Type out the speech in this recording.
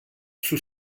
sus